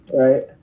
right